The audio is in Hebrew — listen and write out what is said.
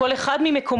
כל אחד ממקומו,